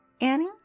Annie